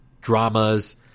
dramas